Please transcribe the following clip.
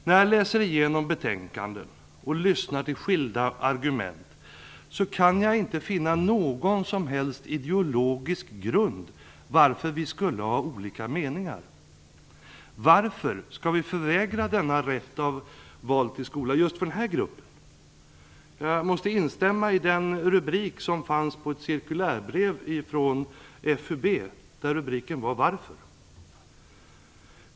När jag läser igenom betänkanden och lyssnar till skilda argument kan jag inte finna någon som helst ideologisk grund till varför vi skulle ha olika meningar. Varför skall vi förvägra just denna grupp val av skola? Jag måste instämma i den rubrik som fanns på ett cirkulärbrev från FUB: Varför?